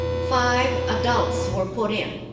five adults were put in.